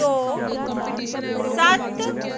ਦੋ ਸੱਤ